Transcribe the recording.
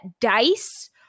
dice